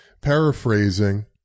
paraphrasing